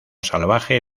salvaje